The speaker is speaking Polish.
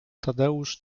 tadeusz